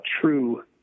true